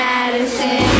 Madison